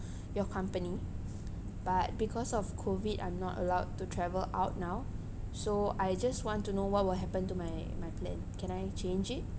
your company but because of COVID I'm not allowed to travel out now so I just want to know what will happen to my my plan can I change it